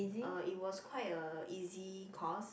uh it was quite a easy course